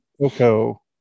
Coco